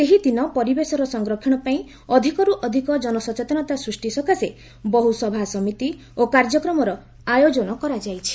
ସେହିଦିନ ପରିବେଶର ସଂରକ୍ଷଣପାଇଁ ଅଧିକରୁ ଅଧିକ ଜନ ସଚେତନତା ସୃଷ୍ଟି ସକାଶେ ବହୁ ସଭାସମିତି ଓ କାର୍ଯ୍ୟକ୍ରମର ଆୟୋଜନ କରାଯାଇଛି